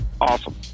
awesome